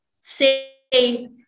say